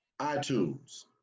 iTunes